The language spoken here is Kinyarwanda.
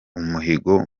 umuhigo